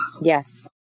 Yes